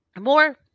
more